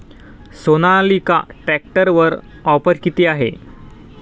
सोनालिका ट्रॅक्टरवर ऑफर किती आहे?